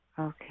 Okay